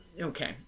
okay